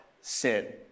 sin